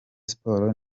sports